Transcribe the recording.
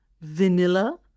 vanilla